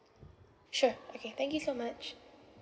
sure okay thank you so much